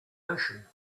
ocean